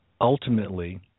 Ultimately